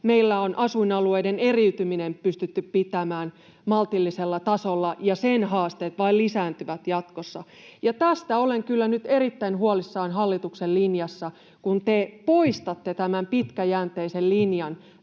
Meillä on asuinalueiden eriytyminen pystytty pitämään maltillisella tasolla, ja sen haasteet vain lisääntyvät jatkossa. Tästä olen kyllä nyt erittäin huolissaan hallituksen linjassa, kun te poistatte tämän pitkäjänteisen linjan,